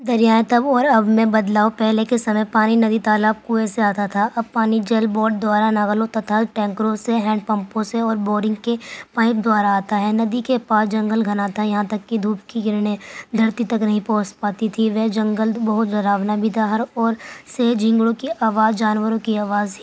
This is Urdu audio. دریائیں تب اور اب میں بدلاؤ پہلے کے سمئے پانی ندی تالاب کنویں سے آتا تھا اب پانی جل بورڈ دوارا نالوں تتھا ٹینکروں سے ہینڈ پمپوں سے بورنگ کے پائپ دوارا آتا ہے ندی کے پاس جنگل گھنا تھا یہاں تک کہ دھوپ کی کرنیں دھرتی تک نہیں پہنچ پاتی تھیں وہ جنگل بہت ڈراونا بھی تھا ہر اور سے جھینگروں کی آواز جانوروں کی آواز